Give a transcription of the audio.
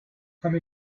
come